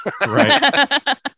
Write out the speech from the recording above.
Right